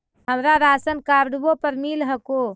हमरा राशनकार्डवो पर मिल हको?